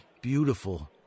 Beautiful